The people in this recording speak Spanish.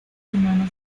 humanos